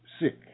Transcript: Sick